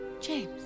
James